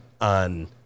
on